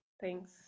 Thanks